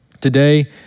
Today